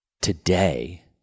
today